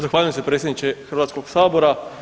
Zahvaljujem se predsjedniče Hrvatskog sabora.